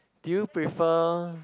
do you prefer